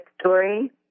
story